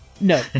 No